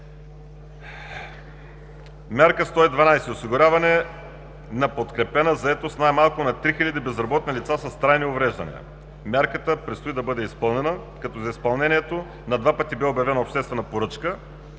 Мярка 112: Осигуряване на подкрепена заетост най-малко на 3 хиляди безработни лица с трайни увреждания – мярката предстои да бъде изпълнена, като за изпълнението на два пъти бе обявено обществена поръчка